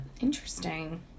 interesting